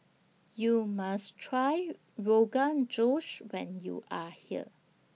YOU must Try Rogan Josh when YOU Are here